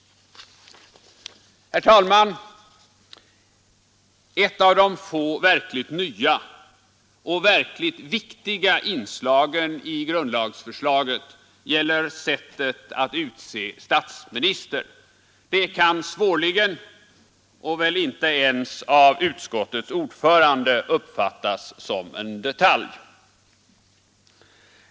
Herr talman! Ett av de få verkligt nya och verkligt viktiga inslagen i grundlagsförslaget gäller sättet att utse statsminister. Det kan svårligen och väl inte ens av utskottets ordförande uppfattas som en detalj.